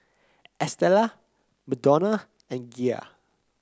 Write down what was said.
Estella Madonna and Gia